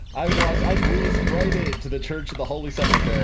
i walked, i breezed right in to the church of the holy sepulchre,